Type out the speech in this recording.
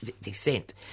descent